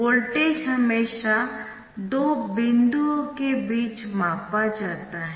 voltage हमेशा दो बिंदुओं के बीच मापा जाता है